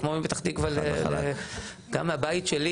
או כמו מפתח תקווה ל- גם מהבית שלי